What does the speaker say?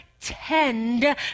tend